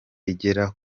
igera